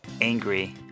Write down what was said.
ANGRY